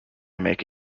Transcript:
make